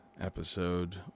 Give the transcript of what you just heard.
episode